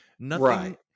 Right